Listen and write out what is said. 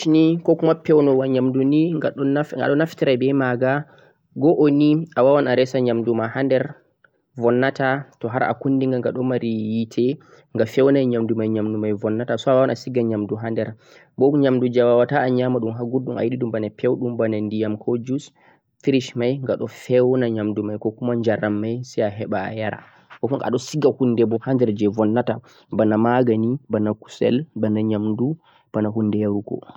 fridge ni koboh pewnowo nyamdu gado naftira beh magha, go'oni a wawan a resa nyamdu ma ha der vonnata to har konni gha gha do mari yite gha feunam nyamdu mai nyamdu mai vonnata so a wawan a siga nyamdu mai ha der boh nymadu jeh a wa a wawata a nyama dhum a ha guldhum a yidi dhum bana peudhum bana ndiyam ko juice fridge mai ghafo feuna nyamdu mai ko kuma njaram mai sai a heba a yara koboh ado siga hunde hader jeh vonnata, bana magani bana kosel bana nymadu bana hunde yarugo